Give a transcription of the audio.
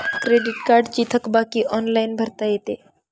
credit कार्डची थकबाकी online भरता येते